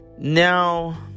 Now